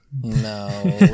No